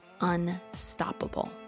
unstoppable